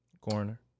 coroner